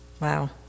Wow